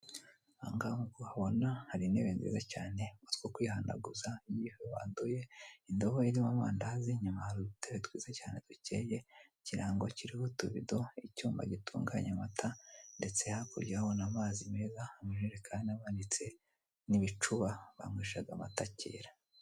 Ahangaha nk'uko uhabona hari intebe nziza cyane, utwo kwihanaguza igihe wanduye, indobo irimo amandazi, inyuma hari udutebe twiza cyane dukeye, ikirango kiriho utubido, icyuma gitunganya amata, ndetse hakurya urahabona amazi meza, amajerekani amanitse, n'ibicuba banyweshaga amata kera.